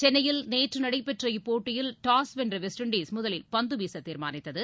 சென்னையில் நேற்றுநடைபெற்ற இப்போட்டியில் டாஸ் வென்றவெஸ்ட் இண்டீஸ் முதலில் பந்துவீசதீர்மானித்தது